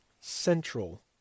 central